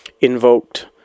invoked